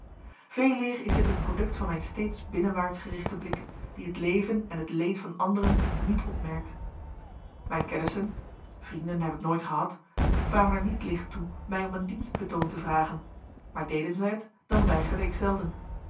veeleer is dit het product van mijn steeds binnenwaarts gerichte blik die het leven en het leed van anderen niet opmerkt mijn kennissen vrienden heb ik nooit gehad kwamen er niet licht toe mij om een dienstbetoon te vragen maar deden zij t dan weigerde ik zelden